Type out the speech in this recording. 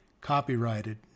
copyrighted